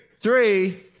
three